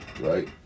right